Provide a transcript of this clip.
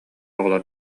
оҕолор